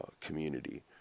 community